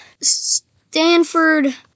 Stanford